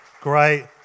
Great